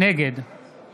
נגד